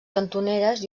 cantoneres